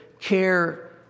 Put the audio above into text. care